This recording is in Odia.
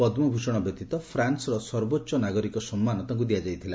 ପଦ୍ମଭୂଷଣ ବ୍ୟତୀତ ଫ୍ରାନ୍ବର ସର୍ବୋଚ୍ଚ ସମ୍ମାନ ତାଙ୍କୁ ଦିଆଯାଇଥିଲା